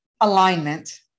alignment